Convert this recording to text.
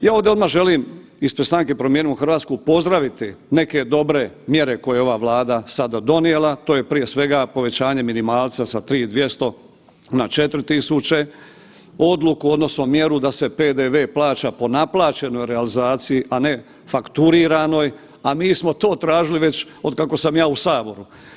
I ovdje odmah želim ispred Stranke Promijenimo Hrvatsku pozdraviti neke dobre mjere koje je ova Vlada sada donijela, to je prije svega povećanje minimalca sa 3.200,00 na 4.000,00, odluku odnosno mjeru da se PDV plaća po naplaćenoj realizaciji, a ne fakturiranoj, a mi smo to tražili već otkako sam ja u saboru.